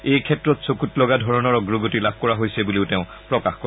এই ক্ষেত্ৰত চকুত লগা ধৰণৰ অগ্ৰগতি লাভ কৰা হৈছে বুলিও তেওঁ প্ৰকাশ কৰে